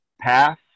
path